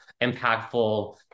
impactful